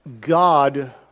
God